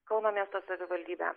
kauno miesto savivaldybė